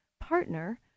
partner